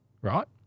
right